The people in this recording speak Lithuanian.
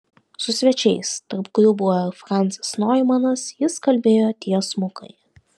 su svečiais tarp kurių buvo ir francas noimanas jis kalbėjo tiesmukai